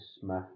Smith